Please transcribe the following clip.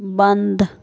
बन्द